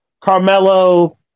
Carmelo